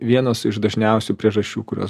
vienos iš dažniausių priežasčių kurios